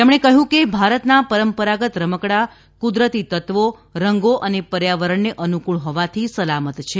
તેમણે કહ્યું કે ભારતના પરંપરાગત રમકડા કુદરતી તત્વો રંગો અને પર્યાવરણને અનુકુળ હોવાથી સલામત છે